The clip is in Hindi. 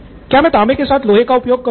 क्या मैं तांबे के साथ लोहे का उपयोग करूँ